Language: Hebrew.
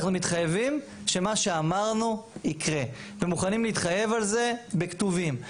אנחנו מתחייבים שמה שאמרנו יקרה ומוכנים להתחייב על זה בכתובים.